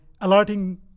alerting